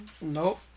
Nope